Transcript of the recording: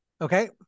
Okay